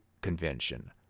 convention